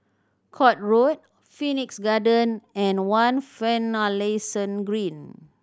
Court Road Phoenix Garden and One Finlayson Green